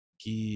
que